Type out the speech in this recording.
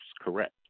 correct